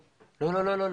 לא, לא.